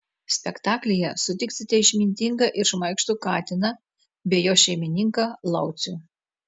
spektaklyje sutiksite išmintingą ir šmaikštų katiną bei jo šeimininką laucių